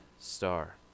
star